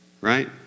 right